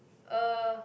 uh